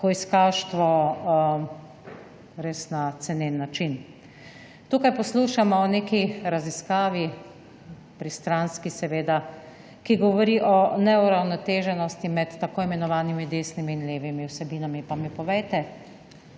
hujskaštvo na res cenen način. Tukaj poslušamo o neki raziskavi, pristranski seveda, ki govori o neuravnoteženosti med tako imenovanimi desnimi in levimi vsebinami. Pa mi povejte,